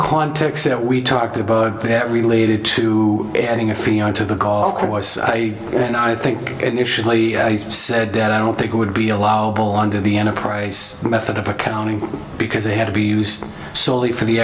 quoted text that we talked about that related to having a fee on to the golf course a and i think initially said that i don't think it would be allowable under the enterprise method of accounting because they had to be used solely for the